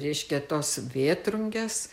reiškia tos vėtrungės